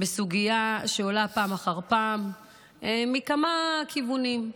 בסוגיה שעולה פעם אחר פעם מכמה כיוונים,